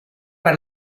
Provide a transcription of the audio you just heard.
per